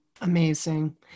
Amazing